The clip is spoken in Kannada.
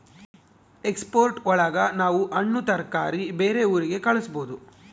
ಎಕ್ಸ್ಪೋರ್ಟ್ ಒಳಗ ನಾವ್ ಹಣ್ಣು ತರಕಾರಿ ಬೇರೆ ಊರಿಗೆ ಕಳಸ್ಬೋದು